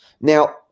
Now